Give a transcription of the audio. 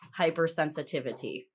Hypersensitivity